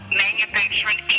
manufacturing